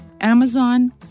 Amazon